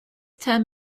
term